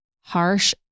harsh